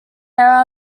era